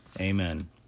Amen